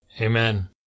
Amen